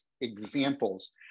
examples